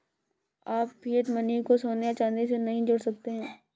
आप fiat money को सोने या चांदी से नहीं जोड़ सकते